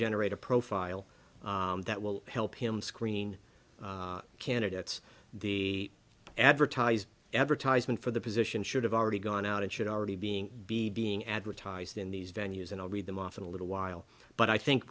generate a profile that will help him screen candidates the advertised advertisement for the position should have already gone out and should already being be being advertised in these venues and i'll read them off in a little while but i think